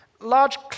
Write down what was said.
Large